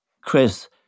Chris